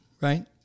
right